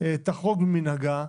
תחרוג ממנהגה,